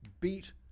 beat